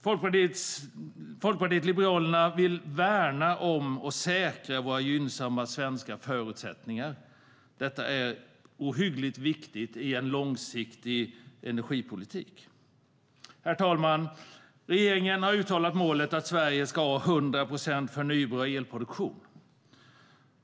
Folkpartiet liberalerna vill värna om och säkra våra gynnsamma svenska förutsättningar. Detta är ohyggligt viktigt i en långsiktig energipolitik. Herr talman! Regeringen har uttalat målet att Sverige ska ha 100 procent förnybar elproduktion.